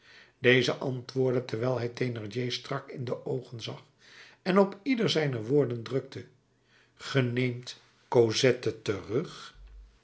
deze antwoordde terwijl hij thénardier strak in de oogen zag en op ieder zijner woorden drukte ge neemt cosette terug